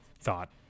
thought